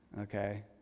Okay